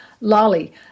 Lolly